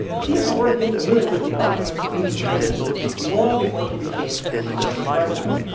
he had already been familiar with the arguments for independence long before he became the first president.